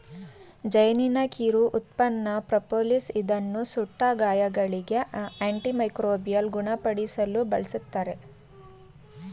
ಜೇನಿನ ಕಿರು ಉತ್ಪನ್ನ ಪ್ರೋಪೋಲಿಸ್ ಇದನ್ನು ಸುಟ್ಟ ಗಾಯಗಳಿಗೆ, ಆಂಟಿ ಮೈಕ್ರೋಬಿಯಲ್ ಗುಣಪಡಿಸಲು ಬಳ್ಸತ್ತರೆ